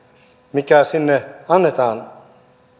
mikä annetaan